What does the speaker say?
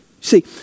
See